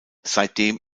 seitdem